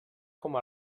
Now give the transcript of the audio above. com